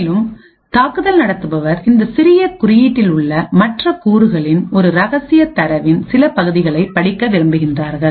மேலும் தாக்குதல் நடத்துபவர்கள் இந்த சிறிய குறியீட்டில் உள்ளது மற்றகூறுகளின் ஒரு ரகசிய தரவின் சில பகுதிகளை படிக்க விரும்புகிறார்கள்